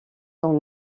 dans